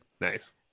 Nice